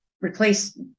replace